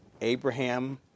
Abraham